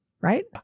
Right